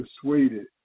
persuaded